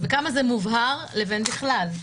וכמה זה מובהר לבין בכלל?